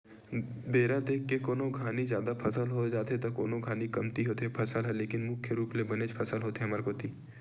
बेरा देख के कोनो घानी जादा फसल हो जाथे त कोनो घानी कमती होथे फसल ह लेकिन मुख्य रुप ले बनेच फसल होथे हमर कोती